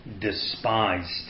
despised